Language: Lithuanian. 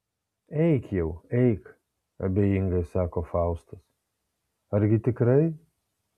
eik jau eik abejingai sako faustas argi tikrai